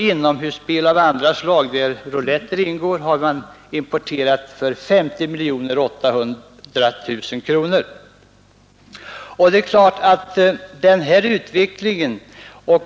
Inomhusspel av andra slag — där rouletter ingår — har man importerat för 50 800 000 kronor.